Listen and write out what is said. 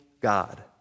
God